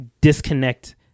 disconnect